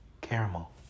caramel